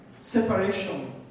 separation